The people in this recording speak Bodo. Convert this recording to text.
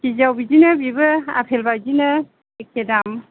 किजियाव बिदिनो बेबो आपेल बायदिनो एखे दाम